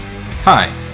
Hi